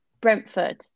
Brentford